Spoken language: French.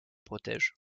protège